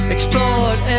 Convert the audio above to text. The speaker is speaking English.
Explored